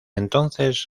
entonces